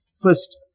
First